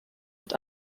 und